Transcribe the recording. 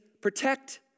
protect